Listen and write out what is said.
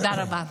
תודה רבה.